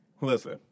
Listen